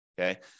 okay